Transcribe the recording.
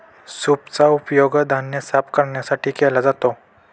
सूपचा उपयोग धान्य साफ करण्यासाठी केला जातो